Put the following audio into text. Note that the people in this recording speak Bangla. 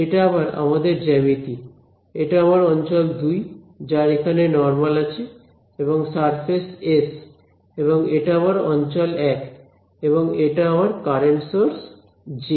এটা আবার আমাদের জ্যামিতি এটা আমার অঞ্চল 2 যার এখানে নরমাল আছে এবং সারফেস এস এবং এটা আমার অঞ্চল 1 এবং এটা আমার কারেন্ট সোর্স জে